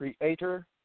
Creator